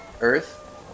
earth